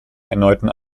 erneuten